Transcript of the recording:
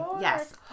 Yes